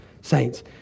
Saints